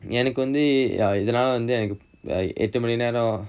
எனக்கு வந்து இதனால வந்து எனக்கு எட்டு மணி நேரம்:enakku vanthu ithanaala vanthu enakku ettu mani neram